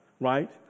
right